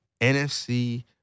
nfc